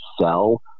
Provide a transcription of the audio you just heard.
sell